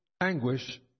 anguish